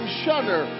shudder